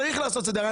צריך לעשות סדר.